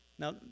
Now